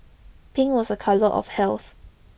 pink was a colour of health